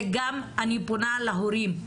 אני פונה להורים,